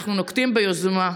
אנחנו נוקטים יוזמה,